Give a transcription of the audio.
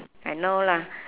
I know lah